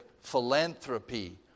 philanthropy